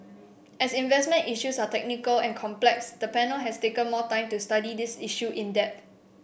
as investment issues are technical and complex the panel has taken more time to study this issue in depth